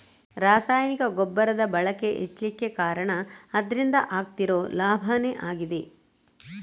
ರಾಸಾಯನಿಕ ಗೊಬ್ಬರದ ಬಳಕೆ ಹೆಚ್ಲಿಕ್ಕೆ ಕಾರಣ ಅದ್ರಿಂದ ಆಗ್ತಿರೋ ಲಾಭಾನೇ ಆಗಿದೆ